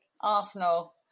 Arsenal